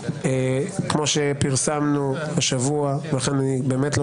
כמו שפרסמנו השבוע לכן אני באמת לא